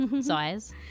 size